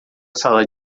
sala